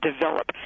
develop